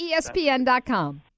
ESPN.com